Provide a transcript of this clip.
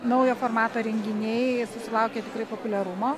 naujo formato renginiai susilaukė tikrai populiarumo